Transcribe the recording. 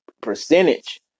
percentage